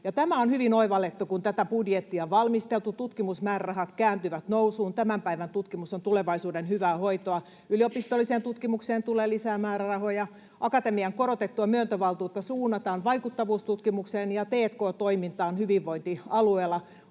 Tämä on hyvin oivallettu, kun tätä budjettia on valmisteltu — tutkimusmäärärahat kääntyivät nousuun. Tämän päivän tutkimus on tulevaisuuden hyvää hoitoa. Yliopistolliseen tutkimukseen tulee lisää määrärahoja. Akatemian korotettua myöntövaltuutta suunnataan vaikuttavuustutkimukseen ja t&k-toimintaan hyvinvointialueella.